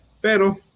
pero